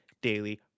daily